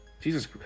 Jesus